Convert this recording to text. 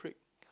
prick